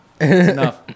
Enough